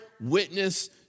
witness